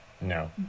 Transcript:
no